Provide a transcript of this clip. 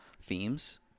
themes